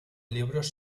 libros